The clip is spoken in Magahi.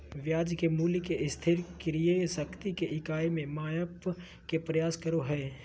ब्याज के मूल्य के स्थिर क्रय शक्ति के इकाई में मापय के प्रयास करो हइ